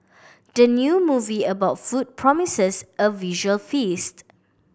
the new movie about food promises a visual feast